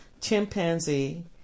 chimpanzee